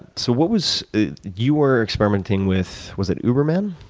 so what was you were experimenting with, was it uber men?